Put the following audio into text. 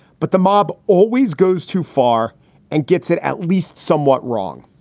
but the mob always goes too far and gets it at least somewhat wrong.